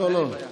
אין לי בעיה.